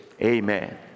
Amen